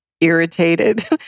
irritated